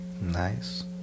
Nice